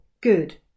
good